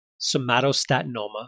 somatostatinoma